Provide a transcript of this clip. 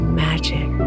magic